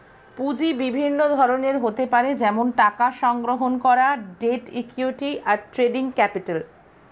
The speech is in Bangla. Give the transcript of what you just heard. পুঁজি বিভিন্ন ধরনের হতে পারে যেমন টাকা সংগ্রহণ করা, ডেট, ইক্যুইটি, আর ট্রেডিং ক্যাপিটাল